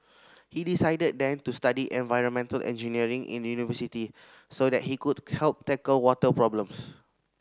he decided then to study environmental engineering in university so that he could help tackle water problems